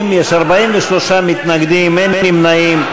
חברי הכנסת, בעד, 50, יש 43 מתנגדים, אין נמנעים.